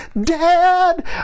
Dad